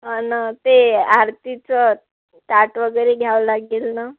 आणि ते आरतीचं ताट वगैरे घ्यावं लागते ना